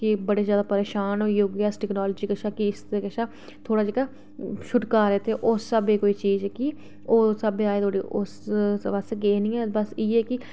बड़े ज्यादा परेशान कि अस्स टेक्नालजी कशा थोह्ड़ा जेह्का छुटकारा उस स्हाबे दी कोई चीज जेह्की उस स्हाबे दे अजें धोड़ी उस स्हाबै अस गे नी ऐ बस्स इयै ऐ कि